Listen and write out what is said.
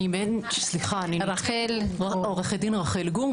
אני עו"ד רחל גור,